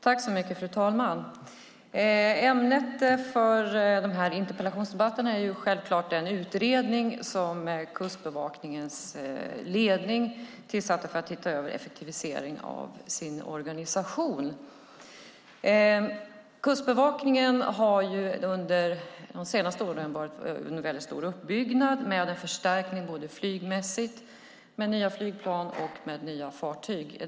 Fru talman! Ämnet för den här interpellationsdebatten är självklart den utredning som Kustbevakningens ledning tillsatte för att titta över effektiviseringen av sin organisation. Kustbevakningen har under de senaste åren varit under väldigt kraftig uppbyggnad med en förstärkning både med nya flygplan och med nya fartyg.